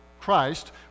Christ